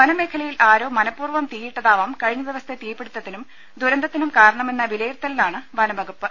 വനമേഖലയിൽ ആരോ മനപൂർവ്വം തീയിട്ടതാവാം കഴിഞ്ഞദി വസത്തെ തീപ്പിടിത്തത്തിനും ദുരന്തത്തിനും കാരണമെന്ന വിലയിരുത്തലി ലാണ് വനംവകുപ്പ്